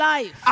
Life